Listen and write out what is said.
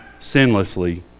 sinlessly